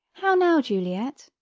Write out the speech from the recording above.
how now, juliet?